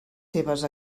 seves